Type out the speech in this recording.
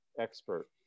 expert